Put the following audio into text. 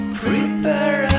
prepare